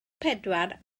pedwar